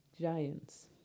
giants